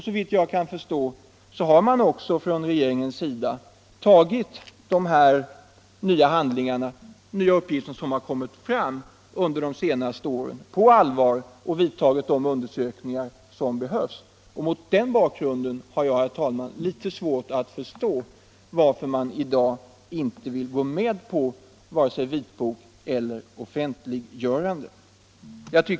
Såvitt jag kan förstå har också regeringen tagit de nya uppgifter som har kommit fram under de senaste åren på allvar och vidtagit de undersökningar som behövs. Mot den bakgrunden har jag, herr talman, litet svårt att begripa varför man i dag inte vill gå med på vare sig vitbok eller offentliggörande.